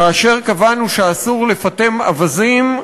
כאשר קבענו שאסור לפטם אווזים,